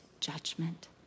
judgment